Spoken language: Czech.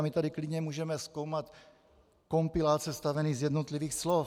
My tady klidně můžeme zkoumat kompilát sestavený z jednotlivých slov.